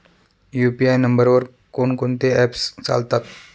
UPI नंबरवर कोण कोणते ऍप्स चालतात?